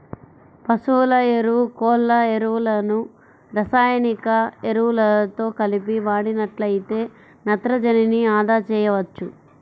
పశువుల ఎరువు, కోళ్ళ ఎరువులను రసాయనిక ఎరువులతో కలిపి వాడినట్లయితే నత్రజనిని అదా చేయవచ్చు